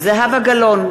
זהבה גלאון,